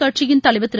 கட்சியின் தலைவா திரு